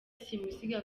simusiga